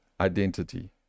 identity